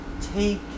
take